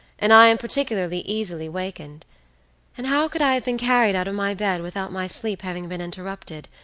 and i am particularly easily wakened and how could i have been carried out of my bed without my sleep having been interrupted,